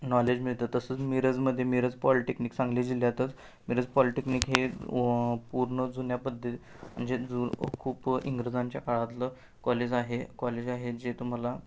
knowledge मिळतं तसंच मिरजमध्ये मिरज पॉलटेक्निक सांगली जिल्ह्यातच मिरज पॉलटेक्निक हे पूर्ण जुन्या पद्दे म्हणजे जु खूप इंग्रजांच्या काळातलं कॉलेज आहे कॉलेज आहे जे तुम्हाला